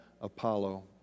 Apollo